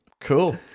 Cool